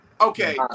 Okay